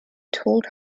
told